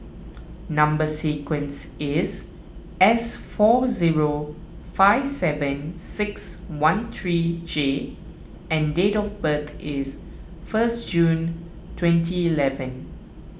Number Sequence is S four zero five seven six one three J and date of birth is first June twenty eleven